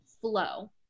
flow